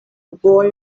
boy